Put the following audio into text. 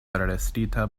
arestita